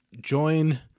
join